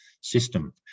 system